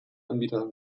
anbieter